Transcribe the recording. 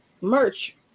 merch